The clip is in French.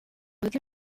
recul